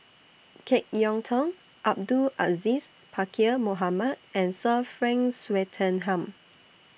Jek Yeun Thong Abdul Aziz Pakkeer Mohamed and Sir Frank Swettenham